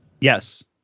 Yes